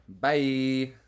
Bye